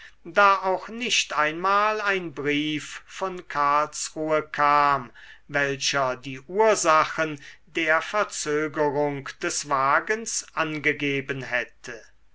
da auch nicht einmal ein brief von karlsruhe kam welcher die ursachen der verzögerung des wagens angegeben hätte